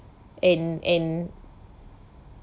and and